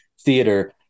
theater